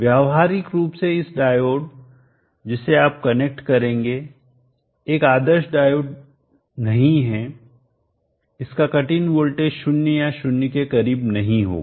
व्यावहारिक रूप से यह डायोड जिसे आप कनेक्ट करेंगे एक आदर्श डायोड नहीं है इसका कट इन वोल्टेज 0 या 0 के करीब नहीं होगा